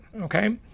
okay